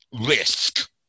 risk